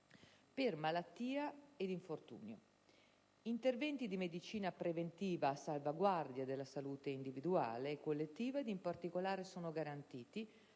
per malattia e infortunio; interventi di medicina preventiva a salvaguardia della salute individuale e collettiva. In particolare, sono garantiti: